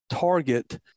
target